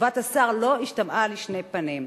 תשובת השר לא השתמעה לשני פנים.